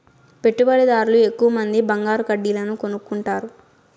పెట్టుబడిదార్లు ఎక్కువమంది బంగారు కడ్డీలను కొనుక్కుంటారు